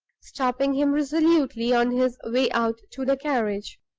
stopping him resolutely on his way out to the carriage.